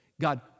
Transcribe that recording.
God